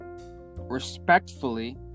respectfully